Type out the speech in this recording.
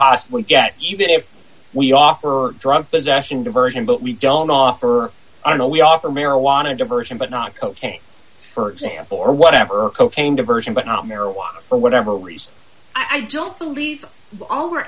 possibly get even if we offer drug possession diversion but we don't offer i don't know we offer marijuana diversion but not cocaine for example or whatever cocaine diversion but not marijuana for whatever reason i don't believe all we're